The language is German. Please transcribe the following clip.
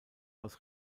aus